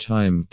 Time